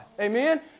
Amen